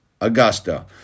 Augusta